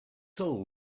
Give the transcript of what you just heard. soul